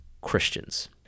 Christians